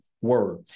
word